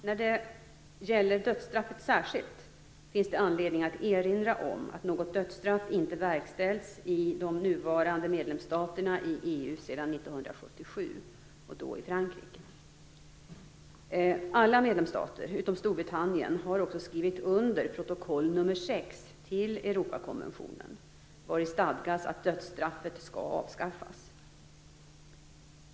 När det gäller dödsstraffet särskilt, finns det anledning att erinra om att något dödsstraff inte verkställts i de nuvarande medlemsstaterna i EU Storbritannien har också skrivit under protokoll nr 6 till Europakonventionen, vari stadgas att dödsstraffet skall avskaffas.